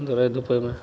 दौड़ै धुपैमे